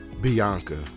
Bianca